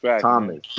Thomas